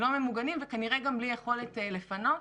לא ממוגנים וכנראה גם בלי יכולת לפנות.